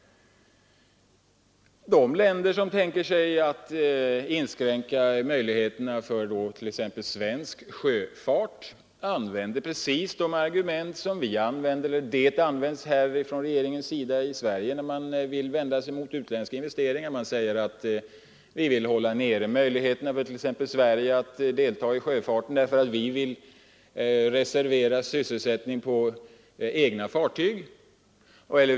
De länder som tänker sig inskränka möjligheterna för t.ex. svensk sjöfart använder precis de argument som används av regeringen i Sverige när den vänder sig mot utländska investeringar. Man säger: Vi vill hålla möjligheterna nere för Sverige att delta i sjöfarten, därför att vi vill reservera sysselsättningen på egna fartyg.